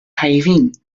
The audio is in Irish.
shaidhbhín